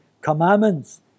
commandments